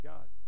God